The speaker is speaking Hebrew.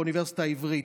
באוניברסיטה העברית,